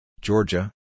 Georgia